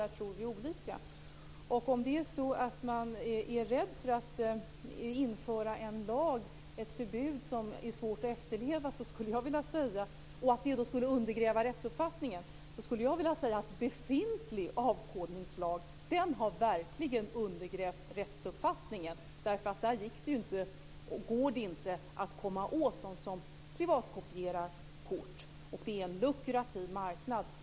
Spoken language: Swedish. Där tror vi alltså olika. Om man är rädd för att införa en lag, ett förbud som är svårt att efterleva, och att det då skulle undergräva rättsuppfattningen, skulle jag vilja säga att befintlig avkodningslag verkligen har undergrävt rättsuppfattningen. Det går ju inte att komma åt dem som privatkopierar kort. Det är en lukrativ marknad.